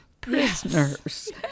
prisoners